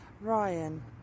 Ryan